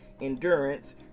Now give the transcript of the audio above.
endurance